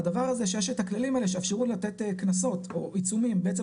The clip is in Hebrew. הדבר הזה שיש את הכללים האלה שיאפשרו להם לתת כנסות או עיצומים בעצם